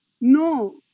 No